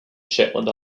shetland